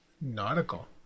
Nautical